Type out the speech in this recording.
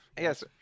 Yes